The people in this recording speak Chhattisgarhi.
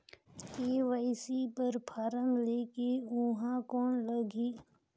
के.वाई.सी बर फारम ले के ऊहां कौन लगही?